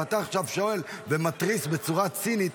ואתה עכשיו שואל ומתריס בצורה צינית?